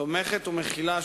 תומכת ומכילה,